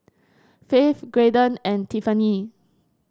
Faith Graydon and Tiffanie